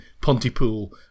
Pontypool